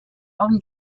own